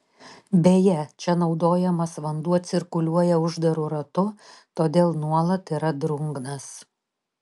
beje čia naudojamas vanduo cirkuliuoja uždaru ratu todėl nuolat yra drungnas